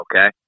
okay